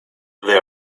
they